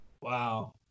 Wow